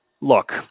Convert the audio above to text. look